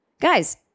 Guys